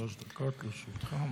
שלוש דקות לרשותך.